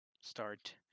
start